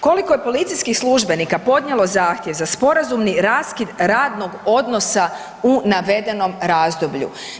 Koliko je policijskih službenika podnijelo zahtjev za sporazumni raskid radnog odnosa u navedenom razdoblju?